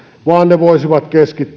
vaan ne voisivat